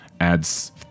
adds